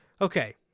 Okay